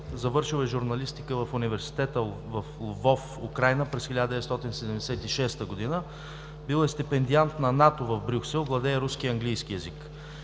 Завършил е „Журналистика“ в университета в Лвов, Украйна, през 1976 г. Бил е стипендиант на НАТО в Брюксел, владее руски и английски език.